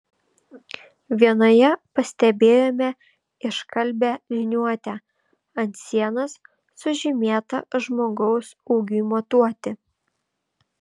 vienoje pastebėjome iškalbią liniuotę ant sienos sužymėtą žmogaus ūgiui matuoti